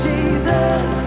Jesus